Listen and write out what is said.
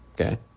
okay